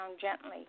gently